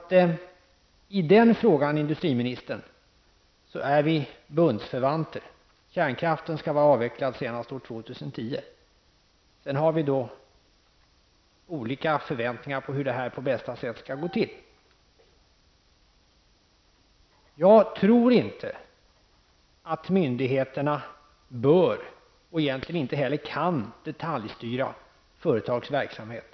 I den frågan, industriministern, är vi bundsförvanter. Sedan har vi olika förväntningar på hur det på bästa sätt skall gå till. Jag tror inte att myndigheterna bör, och egentligen inte heller kan, detaljstyra företagens verksamhet.